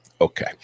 Okay